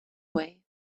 way